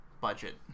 budget